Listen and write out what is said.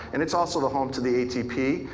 and it's also the home to the atp.